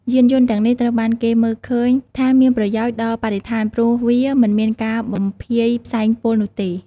យានយន្តទាំងនេះត្រូវបានគេមើលឃើញថាមានប្រយោជន៍ដល់បរិស្ថានព្រោះវាមិនមានការបំភាយផ្សែងពុលនោះទេ។